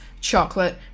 chocolate